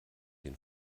den